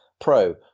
pro